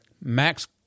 max